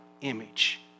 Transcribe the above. image